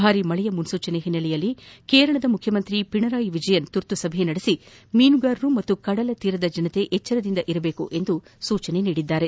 ಭಾರಿ ಮಳೆಯ ಮುನ್ನೂಚನೆ ಹಿನ್ನೆಲೆಯಲ್ಲಿ ಕೇರಳದ ಮುಖ್ಯಮಂತ್ರಿ ಪಿಣರಾಯಿ ವಿಜಯನ್ ತುರ್ತು ಸಭೆ ನಡೆಸಿ ಮೀನುಗಾರರು ಹಾಗೂ ಕಡಲತೀರದ ಜನರು ಎಚ್ಚರದಿಂದ ಇರುವಂತೆ ಸೂಚಿಸಿದ್ದಾರೆ